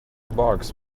barks